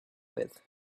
with